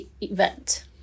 event